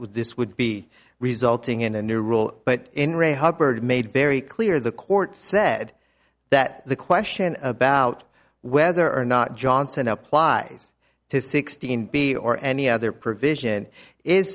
what this would be resulting in a new rule but in re hubbard made very clear the court said that the question about whether or not johnson applies to sixteen b or any other provision i